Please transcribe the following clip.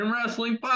Wrestling